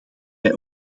wij